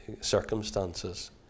circumstances